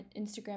Instagram